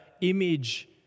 image